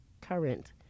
current